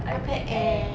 ipad air